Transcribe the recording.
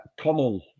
Connell